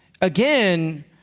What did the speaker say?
again